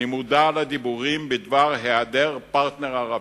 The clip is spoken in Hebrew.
אני מודע לדיבורים בדבר העדר פרטנר ערבי.